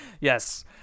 yes